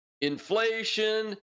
Inflation